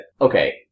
Okay